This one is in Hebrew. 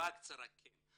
הקצרה היא כן.